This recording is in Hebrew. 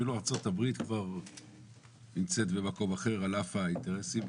אפילו ארה"ב נמצאת במקום אחר, על אף האינטרסים.